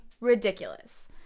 ridiculous